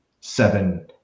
seven